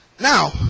Now